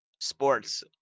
sports